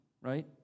right